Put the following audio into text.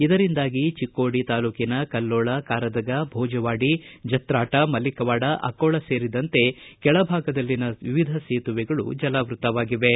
ಇದರಿಂದಾಗಿ ಚಕೋಡಿ ತಾಲೂಕಿನ ಕಲ್ಲೋಳ ಕಾರದಗಾ ಭೋಜವಾಡಿ ಜತ್ರಾಟ ಮಲಿಕವಾಡ ಅಕ್ಕೋಳ ಸೇರಿದಂತೆ ಕೆಳ ಭಾಗದಲ್ಲಿನ ವಿವಿಧ ಸೇತುವೆಗಳು ಜಲಾವೃತಗೊಂಡಿವೆ